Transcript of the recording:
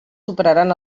superaran